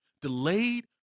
Delayed